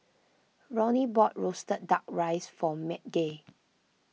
Ronny bought Roasted Duck Rice for Madge